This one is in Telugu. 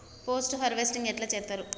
పోస్ట్ హార్వెస్టింగ్ ఎట్ల చేత్తరు?